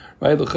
right